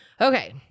Okay